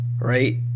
right